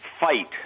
fight